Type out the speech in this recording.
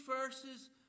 verses